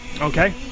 Okay